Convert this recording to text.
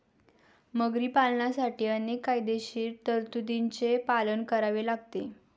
मगरी पालनासाठी अनेक कायदेशीर तरतुदींचे पालन करावे लागते